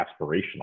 aspirational